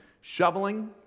shoveling